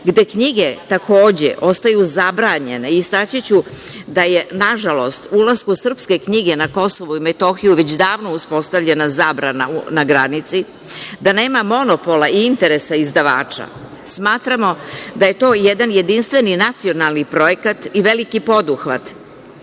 gde knjige ostaju zabranjene. Istaći ću da je, na žalost, ulasku srpske knjige na KiM već davno uspostavljena zabrana na granici, da nema monopola i interesa izdavača. Smatramo da je to jedan jedinstveni nacionalni projekat i veliki poduhvat